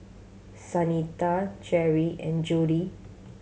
Shanita Cherri and Jodie